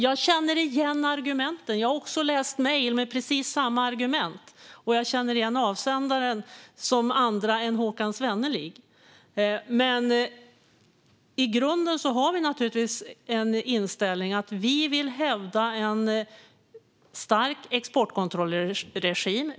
Jag känner igen argumenten. Jag har också läst mejl med precis samma argument, och jag känner igen avsändarna som andra än Håkan Svenneling. I grunden har vi naturligtvis inställningen att vi vill hävda en stark exportkontrollregim.